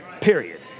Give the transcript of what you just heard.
period